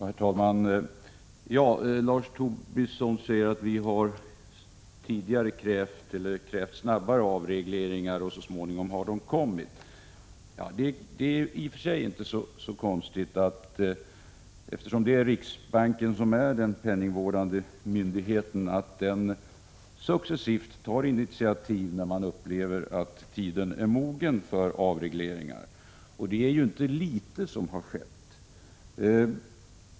Herr talman! Lars Tobisson säger att ”vi har tidigare krävt snabbare avregleringar”, och så småningom har de kommit. Det är i och för sig inte så konstigt, eftersom det är riksbanken som är den penningvårdande myndigheten, att den successivt tar initiativ när man upplever att tiden är mogen för avregleringar. Och det är ju inte litet som har skett.